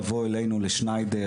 שגיא